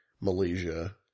Malaysia